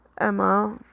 emma